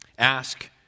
Ask